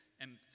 empty